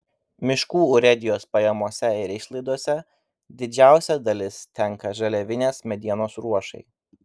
miškų urėdijų pajamose ir išlaidose didžiausia dalis tenka žaliavinės medienos ruošai